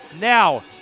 now